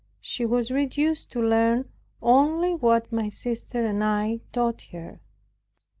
she was reduced to learn only what my sister and i taught her.